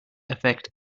effect